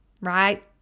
right